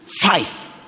Five